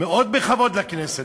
מאוד בכבוד לכנסת.